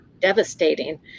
devastating